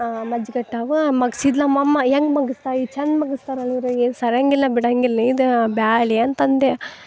ಮಜ್ಜಿಗಟ್ಟಾವ ಮಗ್ಸಿದ್ಲ ನಮ್ಮಮ್ಮ ಹೆಂಗೆ ಮಗಿಸ್ತಾಳ ಚಂಗೆ ಮಗಸ್ತಾರಲ್ರೀ ಸರಂಗಿಲ್ಲ ಬಿಡಂಗಿಲ್ಲ ಇದು ಬ್ಯಾಳೆ ಅಂತಂದೆ